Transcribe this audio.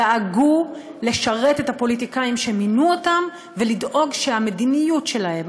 הם דאגו לשרת את הפוליטיקאים שמינו אותם ולדאוג שהמדיניות שלהם,